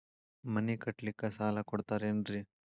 ಮನಿ ಕಟ್ಲಿಕ್ಕ ಸಾಲ ಕೊಡ್ತಾರೇನ್ರಿ?